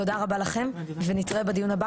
תודה רבה לכם ונתראה בדיון הבא.